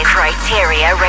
Criteria